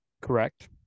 Correct